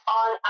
on